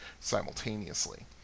simultaneously